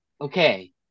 Okay